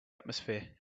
atmosphere